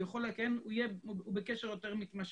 הוא בקשר יותר מתמשך.